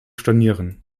stornieren